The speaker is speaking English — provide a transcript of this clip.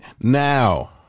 Now